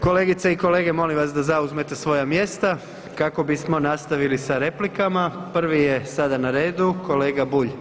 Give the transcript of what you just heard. Kolegice i kolege molim vas da zauzmete svoja mjesta kako bismo nastavili sa replikama, prvi je sada na redu kolega Bulj.